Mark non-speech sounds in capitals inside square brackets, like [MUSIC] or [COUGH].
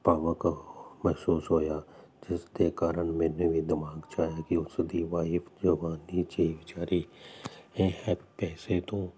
ਭਵੁਕ ਮਹਿਸੂਸ ਹੋਇਆ ਜਿਸ ਦੇ ਕਾਰਨ ਮੈਨੂੰ ਵੀ ਦਿਮਾਗ 'ਚ ਆਇਆ ਕਿ ਉਸ ਦੀ ਵਾਈਫ ਜਵਾਨੀ 'ਚ ਹੀ ਵਿਚਾਰੀ [UNINTELLIGIBLE]